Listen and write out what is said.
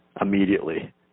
Immediately